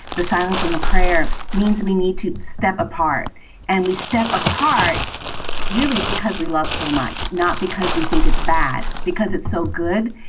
the silence and the prayer means we need to step apart and we step apart really because we love so much. not because we think it's bad, because it's so good.